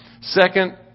Second